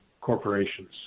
corporations